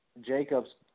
Jacobs